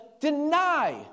deny